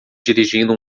dirigindo